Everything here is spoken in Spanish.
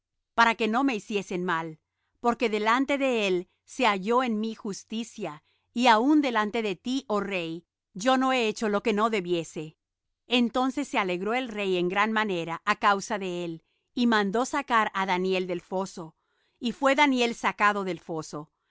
para que no me hiciesen mal porque delante de él se halló en mí justicia y aun delante de ti oh rey yo no he hecho lo que no debiese entonces se alegró el rey en gran manera á causa de él y mandó sacar á daniel del foso y fué daniel sacado del foso